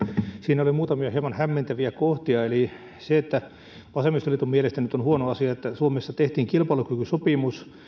siinä oli muutamia hieman hämmentäviä kohtia eli vasemmistoliiton mielestä nyt on huono asia että suomessa tehtiin kilpailukykysopimus